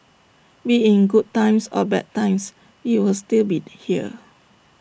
be IT in good times or bad times we will still be here